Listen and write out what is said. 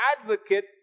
advocate